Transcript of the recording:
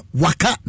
waka